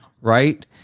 Right